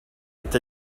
est